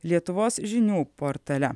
lietuvos žinių portale